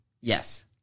Yes